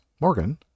Morgan